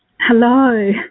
Hello